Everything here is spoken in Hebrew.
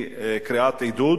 היא קריאת עידוד,